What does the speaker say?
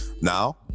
now